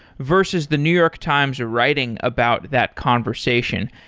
versus the new york times writing about that conversation?